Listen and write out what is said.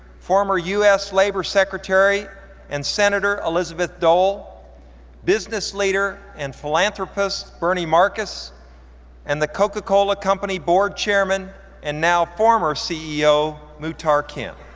former us labor secretary and senator elizabeth dole business leader and philanthropist bernie marcus and the coca-cola company board chairman and now former ceo muhtar kent.